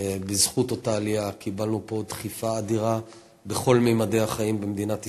בזכות אותה עלייה קיבלנו פה דחיפה אדירה בכל ממדי החיים במדינת ישראל.